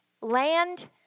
Land